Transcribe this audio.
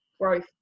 growth